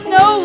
no